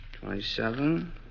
Twenty-seven